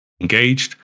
engaged